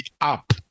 up